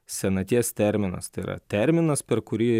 senaties terminas tai yra terminas per kurį